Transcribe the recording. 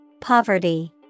Poverty